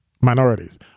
minorities